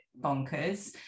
bonkers